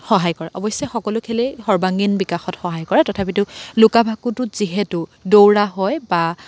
সহায় কৰে অৱশ্যে সকলো খেলেই সৰ্বাংগীন বিকাশত সহয় কৰে তথাপি লুকা ভাকুটোত যিহেতু দৌৰা হয় বা